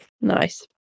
nice